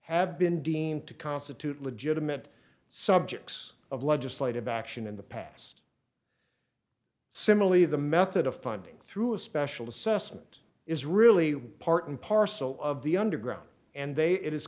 have been deemed to constitute legitimate subjects of legislative action in the past similarly the method of funding through a special assessment is really part and parcel of the underground and they it is